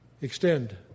extend